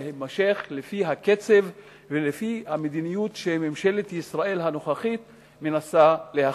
להימשך לפי הקצב ולפי המדיניות שממשלת ישראל הנוכחית מנסה להכתיב.